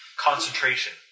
Concentration